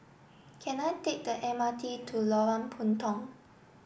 can I take the M R T to Lorong Puntong